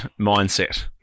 mindset